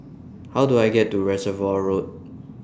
How Do I get to Reservoir Road